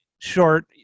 short